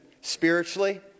spiritually